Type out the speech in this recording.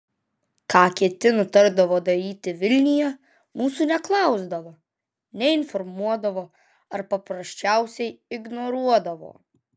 ką kiti nutardavo daryti vilniuje mūsų neklausdavo neinformuodavo ar paprasčiausiai ignoruodavo